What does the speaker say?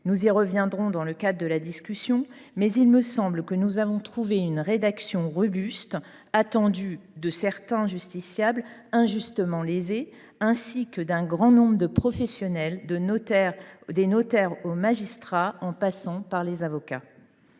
Nous y reviendrons dans le cadre de la discussion, mais il me semble que nous avons trouvé une rédaction robuste, attendue de certains justiciables injustement lésés, ainsi que d’un grand nombre de professionnels, des notaires aux magistrats, en passant par les avocats.